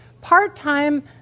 part-time